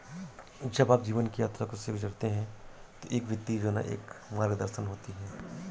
जब आप जीवन की यात्रा से गुजरते हैं तो एक वित्तीय योजना एक मार्गदर्शन होती है